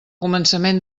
començament